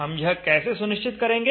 हम यह कैसे सुनिश्चित करेंगे